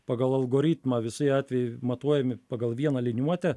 pagal algoritmą visi atvejai matuojami pagal vieną liniuotę